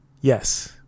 Yes